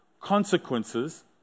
consequences